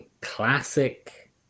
classic